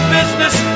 business